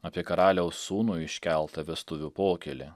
apie karaliaus sūnui iškeltą vestuvių pokylį